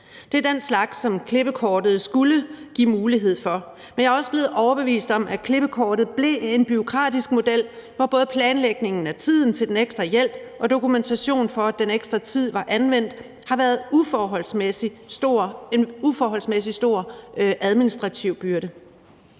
Det er den slags, som klippekortet skulle give mulighed for. Men jeg er også blevet overbevist om, at klippekortet blev en bureaukratisk model, hvor både planlægningen af tiden til den ekstra hjælp og dokumentationen for, at den ekstra tid var anvendt, har været en uforholdsmæssig stor administrativ byrde.